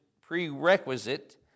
prerequisite